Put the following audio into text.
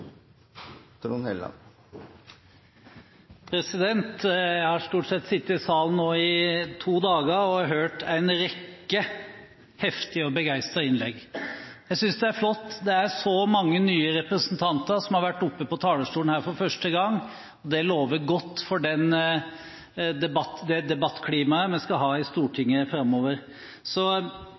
Jeg har stort sett sittet i salen nå i to dager og hørt en rekke heftige og begeistrede innlegg. Jeg synes det er flott. Det er så mange nye representanter som har vært oppe på talerstolen her for første gang, og det lover godt for det debattklimaet vi skal ha i Stortinget framover. Så